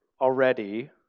already